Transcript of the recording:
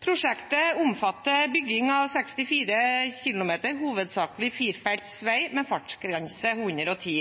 Prosjektet omfatter bygging av 64 km hovedsakelig firefelts vei, med fartsgrense 110 km/t.